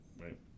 Right